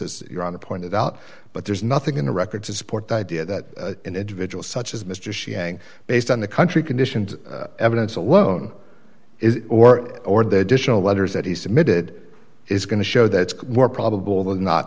as you're on a pointed out but there's nothing in the record to support the idea that an individual such as mr xi hang based on the country conditions evidence alone is or or the additional letters that he submitted is going to show that it's more probable than not